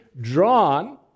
drawn